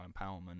empowerment